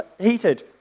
heated